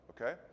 okay